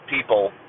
people